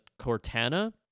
Cortana